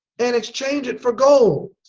and exchange it for gold